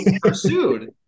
pursued